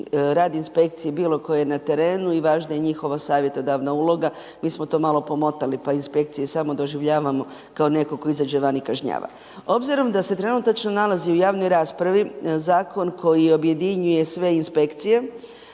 rad inspekcije bilo koje na terenu i važna je njihova savjetodavna uloga, mi smo to malo pomotali, pa inspekcije samo doživljavamo, kao netko tko izađe van i kažnjava. Obzirom da se trenutačno nalazi u javnoj raspravi, zakon koji objedinjuje sve inspekcije,